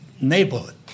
neighborhood